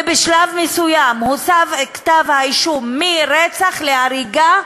בשלב מסוים הוסב כתב-האישום מרצח להריגה,